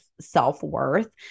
self-worth